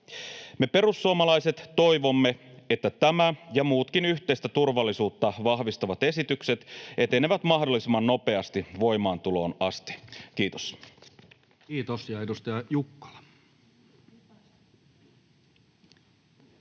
Me perussuomalaiset toivomme, että tämä ja muutkin yhteistä turvallisuutta vahvistavat esitykset etenevät mahdollisimman nopeasti voimaantuloon asti. — Kiitos.